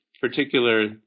particular